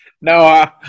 No